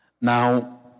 Now